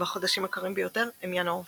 והחודשים הקרים ביותר הם ינואר ופברואר,